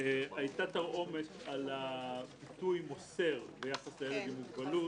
הייתה תרעומת על הביטוי "ימסור" ביחס לילד עם מוגבלות